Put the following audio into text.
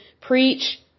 preach